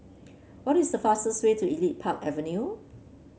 what is the fastest way to Elite Park Avenue